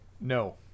no